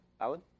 Alan